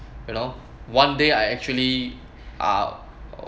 you know one day I actually ah